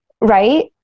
right